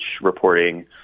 reporting